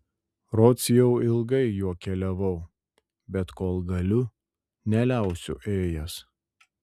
rods jau ilgai juo keliavau bet kol galiu neliausiu ėjęs